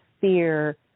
fear